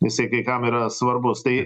jisai kai kam yra svarbus tai